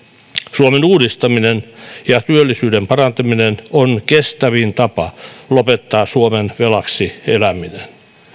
suomen uudistaminen ja työllisyyden parantaminen on kestävin tapa lopettaa suomen velaksi eläminen